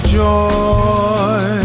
joy